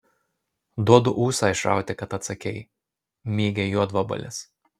duodu ūsą išrauti kad atsakei mygia juodvabalis